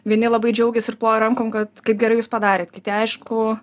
vieni labai džiaugės ir plojo rankom kad kaip gerai jūs padarėt kiti aišku